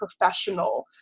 professional